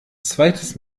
zweites